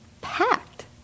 packed